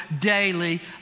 daily